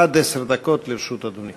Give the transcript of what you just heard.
אי-אמון בך, בנימין נתניהו.